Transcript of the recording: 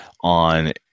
on